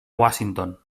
washington